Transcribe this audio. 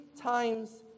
times